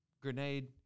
grenade